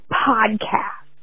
podcast